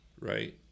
right